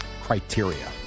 criteria